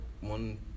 one